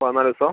പതിനാല് ദിവസം